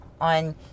on